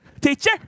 teacher